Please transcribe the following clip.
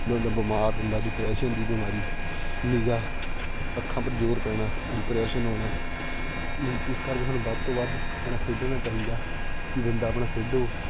ਮਤਲਬ ਬਿਮਾਰ ਹੁੰਦਾ ਡਿਪਰੈਸ਼ਨ ਦੀ ਬਿਮਾਰੀ ਨਿਗ੍ਹਾ ਅੱਖਾਂ ਉੱਪਰ ਜ਼ੋਰ ਪੈਣਾ ਡਿਪਰੈਸ਼ਨ ਹੋਣਾ ਇ ਇਸ ਕਰਕੇ ਸਾਨੂੰ ਵੱਧ ਤੋਂ ਵੱਧ ਆਪਣਾ ਖੇਡਣਾ ਚਾਹੀਦਾ ਵੀ ਬੰਦਾ ਆਪਣਾ ਖੇਡੋ